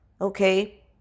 Okay